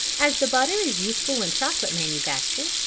as the butter is useful in chocolate manufacture,